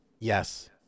Yes